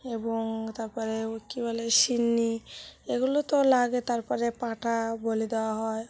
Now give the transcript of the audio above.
এবং তার পরে ও কী বলে সিননি এগুলো তো লাগে তার পরে পাঠা বলি দেওয়া হয়